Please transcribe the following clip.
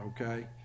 okay